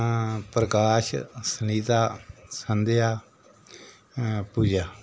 Prakash Sunita Sandhya Puja